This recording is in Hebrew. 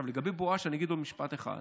עכשיו, לגבי בואש, אני אגיד עוד משפט אחד.